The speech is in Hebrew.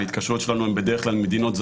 ההתקשרויות שלנו הן בדרך כלל עם מדינות זרות.